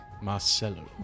Marcelo